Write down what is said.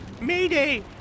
Mayday